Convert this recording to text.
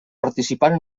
participant